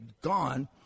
gone